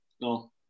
No